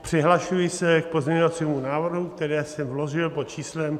Přihlašuji se k pozměňovacímu návrhu, který jsem vložil pod číslem 7555.